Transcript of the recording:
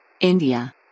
India